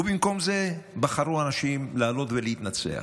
במקום זה בחרו אנשים לעלות ולהתנצח.